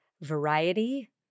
variety